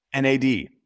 NAD